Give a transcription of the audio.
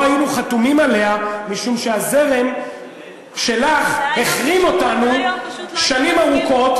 לא היינו חתומים עליה משום שהזרם שלך החרים אותנו שנים ארוכות.